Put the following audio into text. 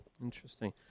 interesting